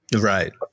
Right